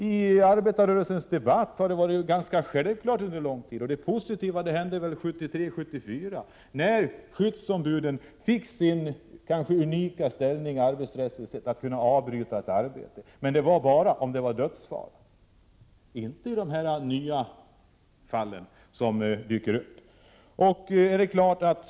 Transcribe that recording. I arbetarrörelsens debatt har detta under lång tid varit ganska självklart. Det positiva hände väl 1973-1974 när skyddsombuden fick sin kanske unika ställning arbetsrättsligt och fick rätt att avbryta ett arbete, men bara om det förelåg dödsfall — inte i de fall som numera dyker upp.